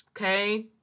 okay